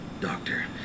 Doctor